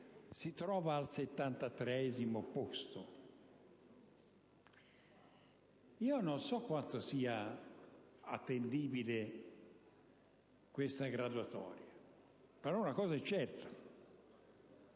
si trova al 73° posto? Non so quanto sia attendibile questa graduatoria, però una cosa è certa: